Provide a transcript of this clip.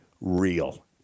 real